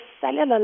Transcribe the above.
cellular